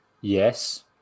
Yes